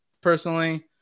personally